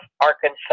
Arkansas